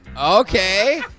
Okay